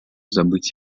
забыть